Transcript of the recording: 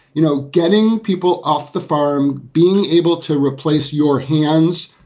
you know, getting people off the farm, being able to replace your hands,